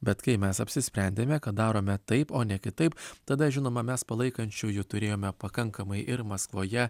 bet kai mes apsisprendėme kad darome taip o ne kitaip tada žinoma mes palaikančiųjų turėjome pakankamai ir maskvoje